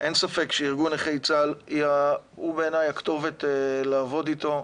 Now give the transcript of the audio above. אין ספק שארגון נכי צה"ל הוא בעיניי הכתובת לעבוד איתה.